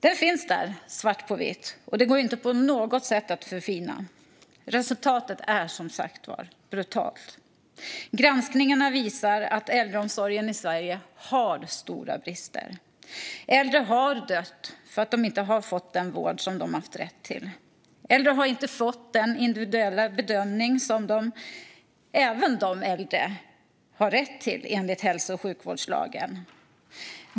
Den finns där i svart på vitt och går inte på något sätt att förfina. Resultatet är som sagt brutalt. Granskningarna visar att äldreomsorgen i Sverige har stora brister. Äldre har dött för att de inte har fått den vård de haft rätt till. Äldre har inte fått den individuella bedömning som även de har rätt till, enligt hälso och sjukvårdslagen.